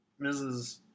Mrs